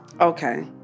Okay